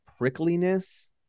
prickliness